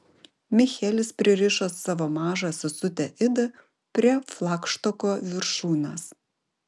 michelis pririšo savo mažą sesutę idą prie flagštoko viršūnės